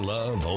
Love